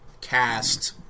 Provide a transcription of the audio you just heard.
cast